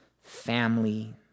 family